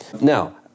now